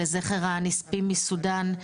לזכר הנספים מסודן,